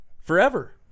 forever